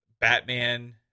Batman